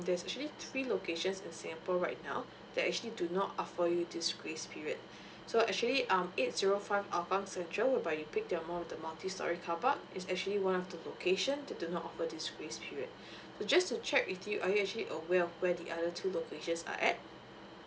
there's actually three locations in singapore right now that actually do not offer your this grace period so actually um eight zero five hougang central whereby you picked your mom with the multistorey car park is actually one of the locations they do not offer this grace period so just to check with you are you actually aware of where the other two locations are at